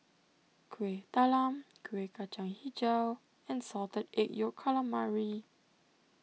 Kuih Talam Kueh Kacang HiJau and Salted Egg Yolk Calamari